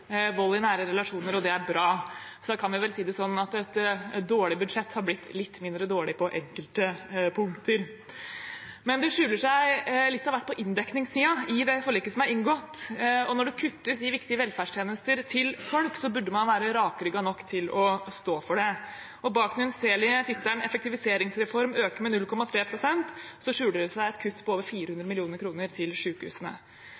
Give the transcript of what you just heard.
vold i nære relasjoner – og det er bra. Da kan vi vel si det sånn at et dårlig budsjett har blitt litt mindre dårlig på enkelte punkter. Det skjuler seg litt av hvert på inndekningssiden i det forliket som er inngått. Når det kuttes i viktige velferdstjenester til folk, burde man være rakrygget nok til å stå for det. Bak den unnselige tittelen «Effektiviseringsreform, øke med 0,3%» skjuler det seg et kutt på over